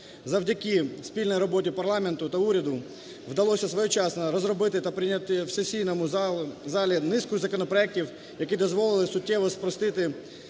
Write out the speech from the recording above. Завдяки спільній роботі парламенту та уряду вдалося своєчасно розробити та прийняти в сесійному залі низку законопроектів, які дозволили суттєво спростити